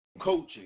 Coaching